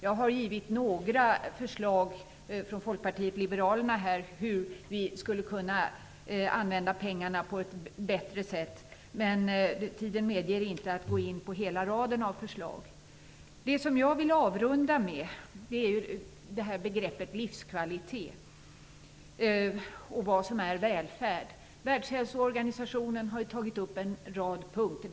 Jag har givit några förslag från Folkpartiet liberalerna på hur vi skulle kunna använda pengarna på ett bättre sätt, men tiden medger inte att jag går in på hela raden av förslag. Det som jag vill avrunda med är begreppet livskvalitet och frågan om vad som är välfärd. Världshälsoorganisationen har ju tagit upp en rad punkter.